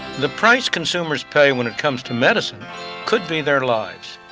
the price consumers pay when it comes to medicine could be their lives.